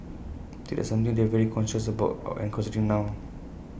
did something they've very conscious about and considering now